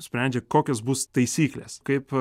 sprendžia kokios bus taisyklės kaip